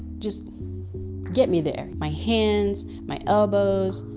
just get me there. my hands, my elbows,